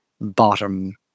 bottom